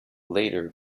later